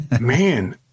man